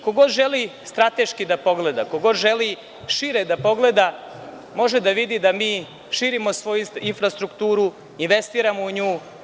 Ko god želi strateški da pogleda, ko god želi šire da pogleda, može da vidi da mi širimo svoju infrastrukturu i investiramo u nju.